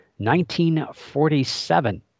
1947